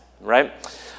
right